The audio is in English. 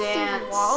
dance